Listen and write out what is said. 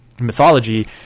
mythology